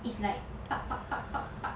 it's like